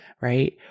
right